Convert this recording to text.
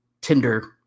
Tinder